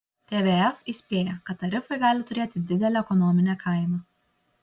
tvf įspėja kad tarifai gali turėti didelę ekonominę kainą